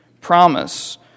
promise